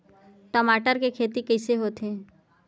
टमाटर के खेती कइसे होथे?